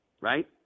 right